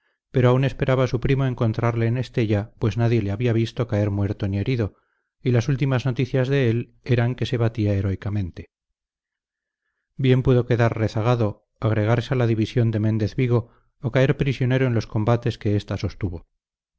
pero aún esperaba suprimo encontrarle en estella pues nadie le había visto caer muerto ni herido y las últimas noticias de él eran que se batía heroicamente bien pudo quedar rezagado agregarse a la división de méndez vigo o caer prisionero en los combates que ésta sostuvo